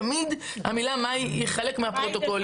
תמיד המילה מאי היא חלק מהפרוטוקולים,